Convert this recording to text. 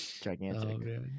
Gigantic